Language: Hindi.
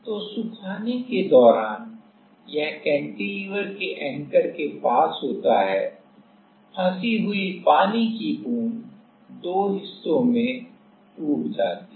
तो सुखाने के दौरान यह कैंटिलीवर के एंकर के पास होता है फंसी हुई पानी की बूंद दो हिस्सों में टूट जाती है